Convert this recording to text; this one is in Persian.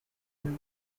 بود